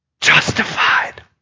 Justified